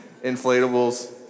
inflatables